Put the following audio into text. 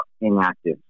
inactive